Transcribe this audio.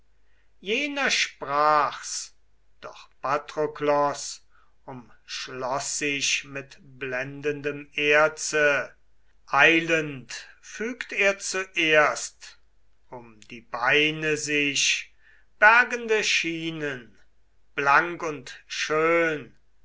jener sprach's doch patroklos umschloß sich mit blendendem erze eilend fügt er zuerst um die beine sich bergende schienen blank und schön